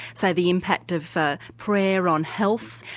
say, the impact of prayer on health.